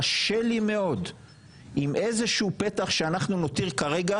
קשה לי מאוד עם איזשהו פתח שאנחנו נותיר כרגע